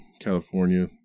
California